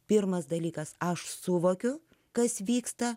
pirmas dalykas aš suvokiau kas vyksta